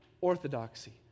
orthodoxy